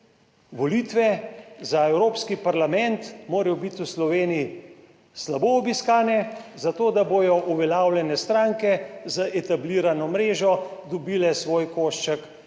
volitve za evropski parlament morajo biti v Sloveniji slabo obiskane, zato, da bodo uveljavljene stranke z etablirano mrežo dobile svoj košček